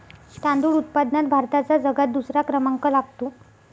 तांदूळ उत्पादनात भारताचा जगात दुसरा क्रमांक लागतो